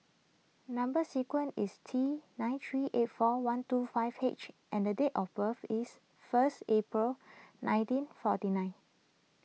Number Sequence is T nine three eight four one two five H and date of birth is first April nineteen forty nine